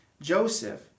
Joseph